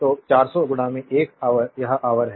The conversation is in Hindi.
तो 400 1 ऑवर यह ऑवर है